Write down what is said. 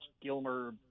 Gilmer